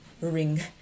ring